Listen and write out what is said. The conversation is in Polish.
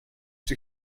czy